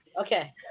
Okay